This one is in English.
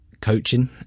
coaching